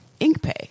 InkPay